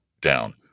down